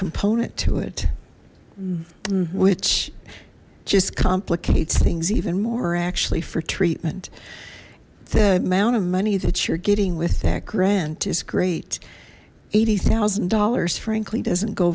component to it which just complicates things even more actually for treatment the amount of money that you're getting with that grant is great eighty thousand dollars frankly doesn't go